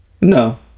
no